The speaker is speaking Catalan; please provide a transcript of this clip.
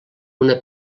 una